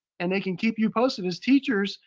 and they can keep you posted. as teachers,